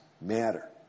matter